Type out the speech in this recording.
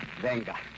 Venga